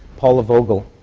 paula vogel,